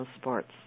sports